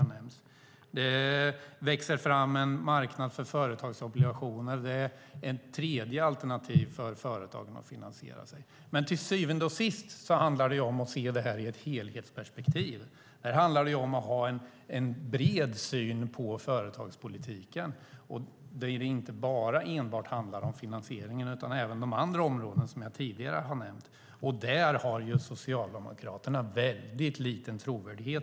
Det växer även fram en marknad för företagsobligationer, vilket är ett tredje alternativ för företagen när de ska finansiera sig. Men till syvende och sist handlar det om att se detta i ett helhetsperspektiv. Det handlar om att ha en bred syn på företagspolitiken. Det handlar inte enbart om finansieringen, utan även om de andra områden jag nämnt. Där har Socialdemokraterna väldigt liten trovärdighet.